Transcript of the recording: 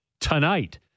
tonight